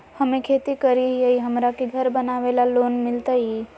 हमे खेती करई हियई, हमरा के घर बनावे ल लोन मिलतई?